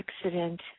accident